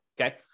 Okay